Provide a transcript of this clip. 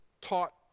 taught